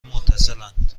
متصلاند